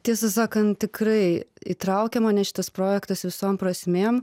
tiesą sakant tikrai įtraukia mane šitas projektas visom prasmėm